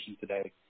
today